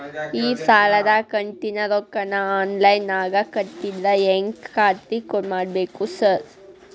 ಈ ಸಾಲದ ಕಂತಿನ ರೊಕ್ಕನಾ ಆನ್ಲೈನ್ ನಾಗ ಕಟ್ಟಿದ್ರ ಹೆಂಗ್ ಖಾತ್ರಿ ಮಾಡ್ಬೇಕ್ರಿ ಸಾರ್?